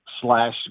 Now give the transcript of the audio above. slash